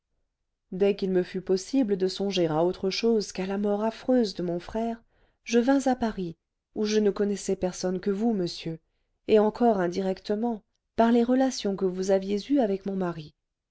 dès qu'il me fut possible de songer à autre chose qu'à la mort affreuse de mon frère je vins à paris où je ne connaissais personne que vous monsieur et encore indirectement par les relations que vous aviez eues avec mon mari